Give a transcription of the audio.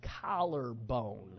collarbone